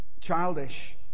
childish